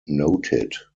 noted